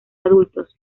adultos